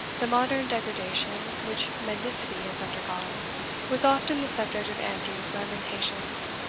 the modern degradation which mendicity has undergone was often the subject of andrew's lamentations.